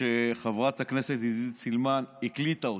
שחברת הכנסת עידית סילמן הקליטה אותם.